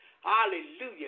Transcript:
Hallelujah